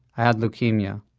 i had leukemia